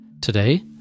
Today